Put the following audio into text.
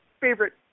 favorite